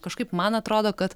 kažkaip man atrodo kad